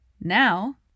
Now